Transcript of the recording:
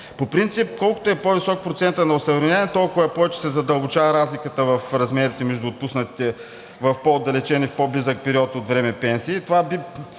По принцип колкото е по-висок процентът на осъвременяване, толкова повече се задълбочава разликата в размерите между отпуснатите в по-отдалечен и в по-близък период от време пенсии.